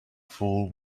fool